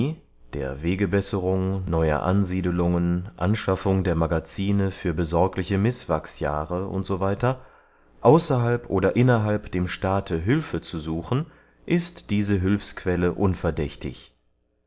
der wegebesserung neuer ansiedelungen anschaffung der magazine für besorgliche mißwachsjahre u s w außerhalb oder innerhalb dem staate hülfe zu suchen ist diese hülfsquelle unverdächtig